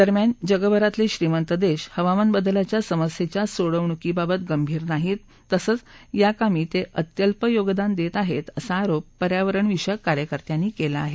दरम्यान जगभरातले श्रीमंत देश हवामान बदलाच्या समस्येच्या सोडवणूकीबाबत गंभीर नाहीत तसंच याकामी ते अत्यल्प योगदान देत आहेत असा आरोपही पर्यावरणविषयक कार्यकर्त्यांनी केला आहे